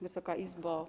Wysoka Izbo!